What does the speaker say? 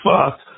fuck